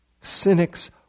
Cynics